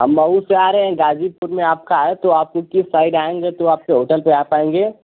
हम मऊ से आ रहे हैं गाज़ीपुर में आपका है तो आपको किस साइड आएंगे तो आपके होटल पर आ पाएंगे